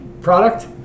product